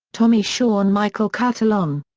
tommy shaw and michael cartellone.